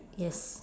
yes